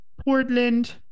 Portland